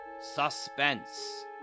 Suspense